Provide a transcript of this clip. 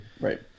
Right